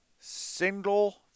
single